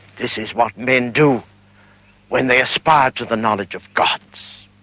this is what men do when they aspire to the knowledge of gods.